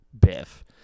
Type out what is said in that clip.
Biff